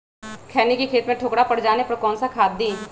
खैनी के खेत में ठोकरा पर जाने पर कौन सा खाद दी?